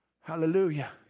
Hallelujah